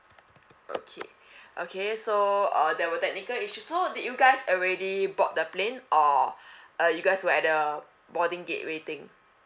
okay okay so uh there were technical issue so did you guys already board the plane or uh you guys were at the boarding gate waiting